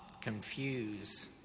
confuse